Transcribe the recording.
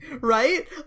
right